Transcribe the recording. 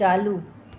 चालू